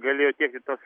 galėjo tiekti tas